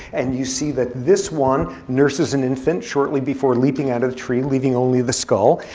and you see that this one nurses an infant shortly before leaping out of the tree, leaving only the skull.